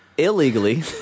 Illegally